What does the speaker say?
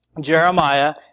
Jeremiah